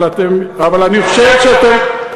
אבל אני חושב שאתם,